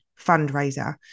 fundraiser